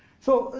so,